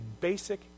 basic